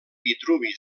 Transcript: vitruvi